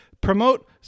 Promote